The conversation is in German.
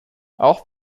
auch